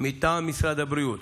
מטעם משרד הבריאות,